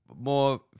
more